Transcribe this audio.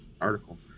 article